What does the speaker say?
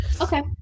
Okay